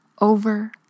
over